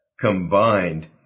combined